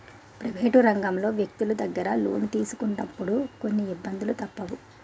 private రంగంలో వ్యక్తులు దగ్గర లోను తీసుకున్నప్పుడు కొన్ని ఇబ్బందులు తప్పవు